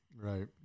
Right